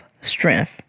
strength